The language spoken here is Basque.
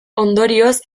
ondorioz